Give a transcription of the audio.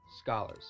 Scholars